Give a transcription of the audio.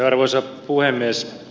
arvoisa puhemies